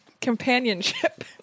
Companionship